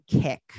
Kick